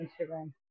Instagram